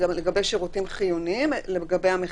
לגבי שירותים חיוניים לגבי המחיצה,